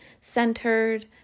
centered